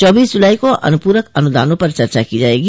चौबीस जुलाई को अनुपूरक अनुदानों पर चर्चा की जायेगी